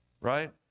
right